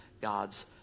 God's